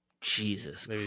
Jesus